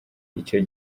icyo